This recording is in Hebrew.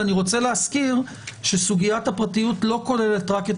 ואני רוצה להזכיר שסוגיית הפרטיות לא כוללת רק את